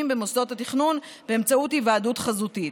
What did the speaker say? במוסדות התכנון באמצעות היוועדות חזותית.